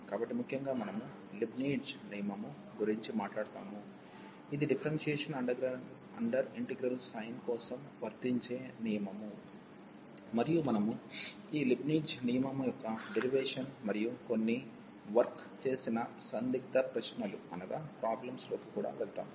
కాబట్టి ముఖ్యంగా మనము లీబ్నిట్జ్ నియమము గురించి మాట్లాడుతాము ఇది డిఫరెన్షియేషన్ అండర్ ఇంటిగ్రల్ సైన్ కోసం వర్తించే నియమము మరియు మనము ఈ లీబ్నిట్జ్ నియమము యొక్క డెరివేషన్ మరియు కొన్ని వర్క్ చేసిన సందిగ్ధ ప్రశ్నల లోకి కూడా వెళ్తాము